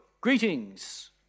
greetings